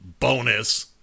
bonus